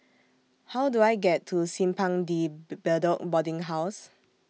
How Do I get to Simpang De Bedok Boarding House